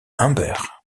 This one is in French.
humbert